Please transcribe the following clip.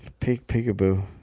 Peekaboo